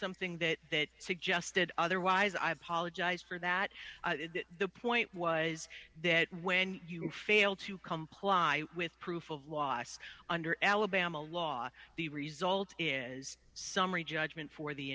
something that suggested otherwise i apologize for that the point was that when you fail to comply with proof of loss under alabama law the result is summary judgment for the